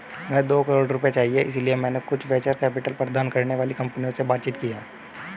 मुझे दो करोड़ रुपए चाहिए इसलिए मैंने कुछ वेंचर कैपिटल प्रदान करने वाली कंपनियों से बातचीत की है